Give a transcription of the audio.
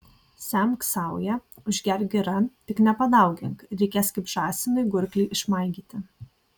semk sauja užgerk gira tik nepadaugink reikės kaip žąsinui gurklį išmaigyti